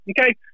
Okay